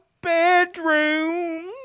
bedroom